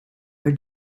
are